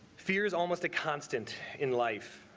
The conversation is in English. fear is almost a constant in life.